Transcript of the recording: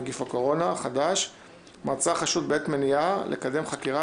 נגיף הקורונה החדש)(מעצר חשוד בעת מניעה לקדם חקירה),